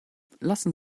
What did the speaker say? lassen